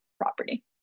property